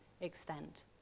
extent